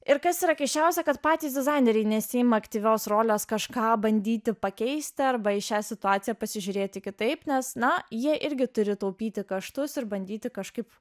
ir kas yra keisčiausia kad patys dizaineriai nesiima aktyvios rolės kažką bandyti pakeisti arba į šią situaciją pasižiūrėti kitaip nes na jie irgi turi taupyti kaštus ir bandyti kažkaip